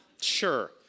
sure